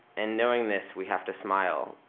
and knowing this, we have to smile.